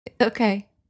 Okay